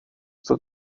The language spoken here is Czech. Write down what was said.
sto